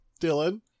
Dylan